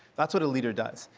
that's what a leader does.